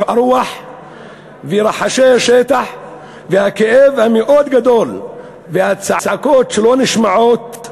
ורחשי השטח והכאב המאוד-גדול והצעקות שלא נשמעות,